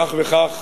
כך וכך